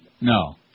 No